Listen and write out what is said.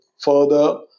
further